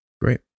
Great